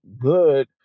good